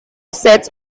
sets